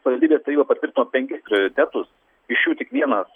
savivaldybės taryba patvirtino penkis prioritetus iš jų tik vienas